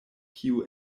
kiu